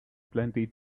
plenty